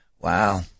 Wow